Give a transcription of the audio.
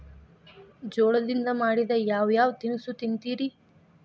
ಜೋಳದಿಂದ ಮಾಡಿದ ಯಾವ್ ಯಾವ್ ತಿನಸು ತಿಂತಿರಿ?